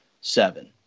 seven